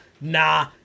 nah